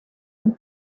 and